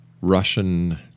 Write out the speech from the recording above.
Russian